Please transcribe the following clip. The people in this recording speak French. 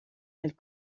elle